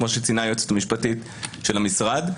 כמו שציינה היועצת המשפטית של המשרד.